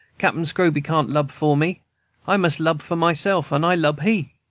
cap'n scroby can't lub for me i mus' lub for myself, and i lub he.